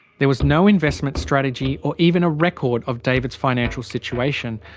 there was no investment strategy, or even a record of david's financial situation.